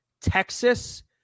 Texas